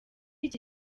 iki